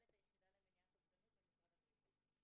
מנהלת היחידה למניעת אובדנות במשרד הבריאות.